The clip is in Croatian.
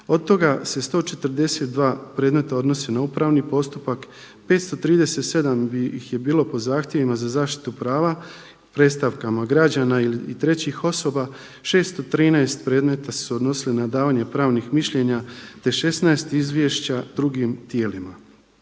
Od toga se 142 predmeta odnosi na upravni postupak, 537 ih je bilo po zahtjevima za zaštitu prava predstavkama građana i trećih osoba, 613 predmeta su se odnosili na davanje pravnih mišljenja, te 16 izvješća drugim tijelima.